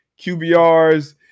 QBRS